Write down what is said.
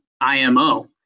IMO